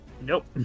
Nope